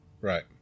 Right